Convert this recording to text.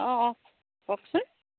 অঁ অঁ কওকচোন